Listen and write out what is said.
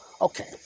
okay